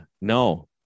no